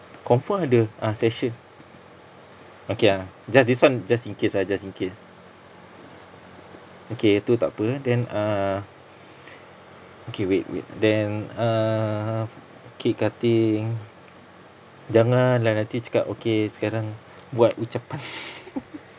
confirm ada ah session okay ah just this [one] just in case ah just in case okay tu takpe eh then uh okay wait wait then uh cake cutting jangan lah nanti cakap okay sekarang buat ucapan